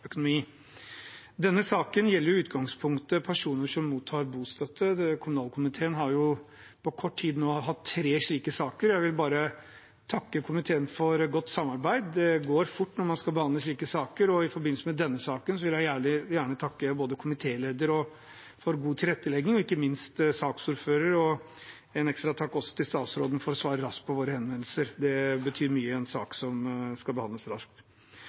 Denne saken gjelder i utgangspunktet personer som mottar bostøtte. Kommunalkomiteen har på kort tid nå hatt tre slike saker, og jeg vil takke komiteen for godt samarbeid. Det går fort når man skal behandle slike saker, og i forbindelse med denne saken vil jeg gjerne takke både komitélederen og ikke minst saksordføreren for god tilrettelegging. Jeg vil også sende en ekstra takk til statsråden for å svare raskt på våre henvendelser. Det betyr mye i en sak som skal behandles raskt.